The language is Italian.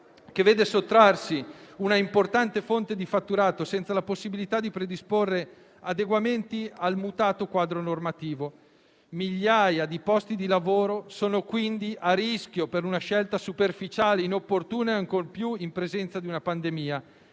che vede sottrarsi una importante fonte di fatturato senza la possibilità di predisporre adeguamenti al mutato quadro normativo. Migliaia di posti di lavoro sono quindi a rischio per una scelta superficiale, inopportuna ancor più in presenza di una pandemia.